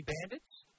Bandits